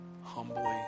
humbly